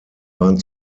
waren